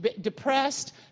depressed